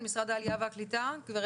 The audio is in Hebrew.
משרד העלייה והקליטה, גב'